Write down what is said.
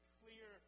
clear